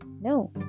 No